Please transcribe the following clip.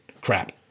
crap